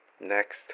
Next